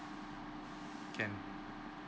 can